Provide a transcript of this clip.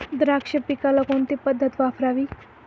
द्राक्ष पिकाला कोणती पद्धत वापरावी?